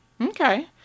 Okay